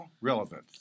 relevant